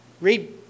Read